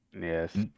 Yes